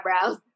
eyebrows